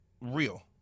real